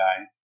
guys